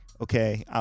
okay